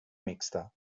mixta